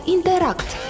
Interact